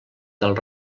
del